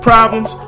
Problems